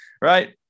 Right